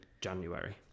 January